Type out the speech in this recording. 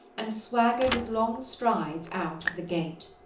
and swaggered with long strides out of the gate.